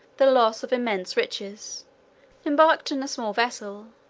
the loss of immense riches embarked in a small vessel,